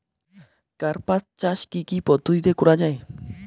কার্পাস চাষ কী কী পদ্ধতিতে করা য়ায়?